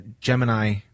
Gemini